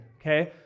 okay